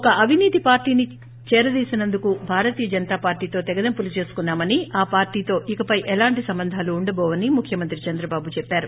ఒక అవినీతి పార్లీని చేరదీసినందుకు భారతీయ జనతా పార్లీతో తెగదెంపులు చేసుకున్నా మని ఆ పార్లీతో ఇకపై ఎలాంటి సంబంధాలు ఉండబోవని ముఖ్యమంత్రి చంద్రబాబు నాయుడు చెప్పారు